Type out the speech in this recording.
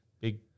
big